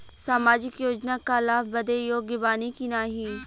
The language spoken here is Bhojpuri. सामाजिक योजना क लाभ बदे योग्य बानी की नाही?